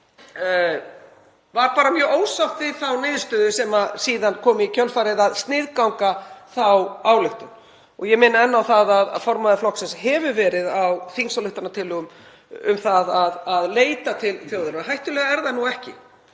tíma var bara mjög ósátt við þá niðurstöðu sem kom síðan í kjölfarið, að sniðganga þá ályktun. Og ég minni enn á það að formaður flokksins hefur verið á þingsályktunartillögu um það að leita til þjóðarinnar. Hættulegra er það nú ekki.